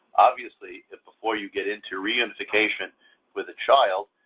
obviously if before you get into reunification with a child,